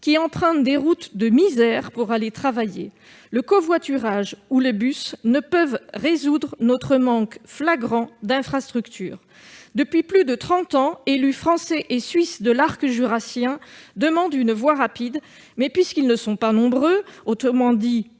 empruntent des routes de misère pour aller travailler. Le covoiturage ou le bus ne peuvent résoudre notre manque flagrant d'infrastructures. Depuis plus de trente ans, élus français et suisses de l'arc jurassien demandent une voie rapide, mais puisqu'ils ne sont pas nombreux- autrement dit,